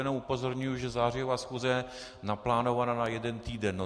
Jenom upozorňuji, že zářijová schůze je naplánovaná na jeden týden.